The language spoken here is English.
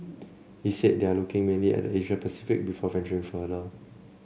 he said they are looking mainly at the Asia Pacific before venturing further